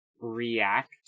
react